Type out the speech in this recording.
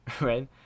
right